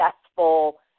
successful